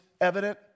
evident